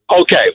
Okay